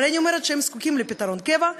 אבל אני אומרת שהם זקוקים לפתרון קבע,